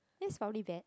that's solely bad